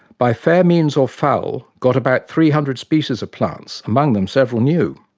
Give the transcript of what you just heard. by fair means or foul, got about three hundred species of plants, among them several new'.